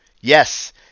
Yes